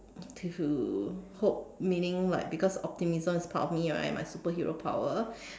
to hope meaning like because optimism is part of me right my superhero power